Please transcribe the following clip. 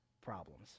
problems